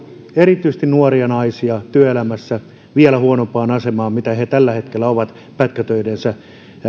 erityisesti nuoria naisia työelämässä vielä huonompaan asemaan kuin missä he tällä hetkellä ovat pätkätöidensä